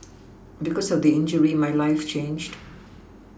because of the injury my life changed